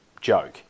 joke